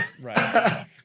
right